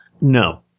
No